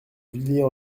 villiers